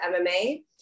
MMA